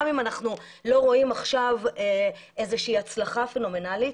גם אם אנחנו לא רואים עכשיו איזושהי הצלחה פנומנלית.